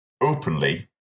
openly